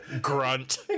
Grunt